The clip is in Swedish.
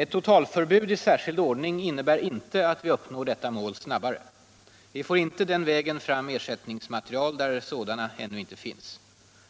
Ett totalförbud i särskild ordning innebär inte att vi uppnår detta mål snabbare. Vi får inte den vägen fram ersättningsmaterial där sådana ännu inte finns.